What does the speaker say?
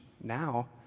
now